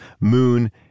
Moon